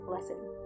lesson